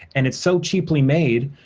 and it's so cheaply made,